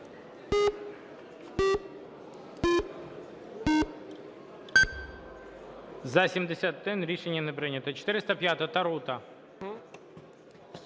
За-71 Рішення не прийнято. 405-а, Тарута.